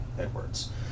Edwards